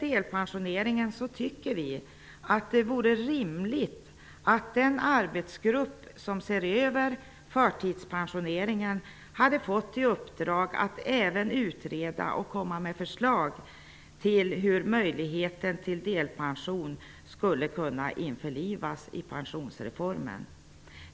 Vi tycker att det hade varit rimligt att den arbetsgrupp som ser över förtidspensioneringen även hade fått i uppdrag att utreda och lägga fram förslag till hur möjligheten till delpension skulle kunna införlivas i pensionsreformen.